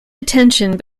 attention